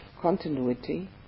continuity